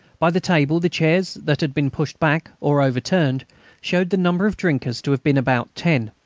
by the table, the chairs that had been pushed back or overturned showed the number of drinkers to have been about ten.